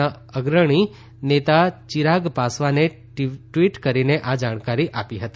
ના અગ્રણી નેતા ચિરાગ પાસવાને ટ્વીટ કરીને જાણકારી આપી હતી